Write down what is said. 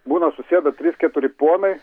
būna susėda trys keturi ponai